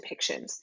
depictions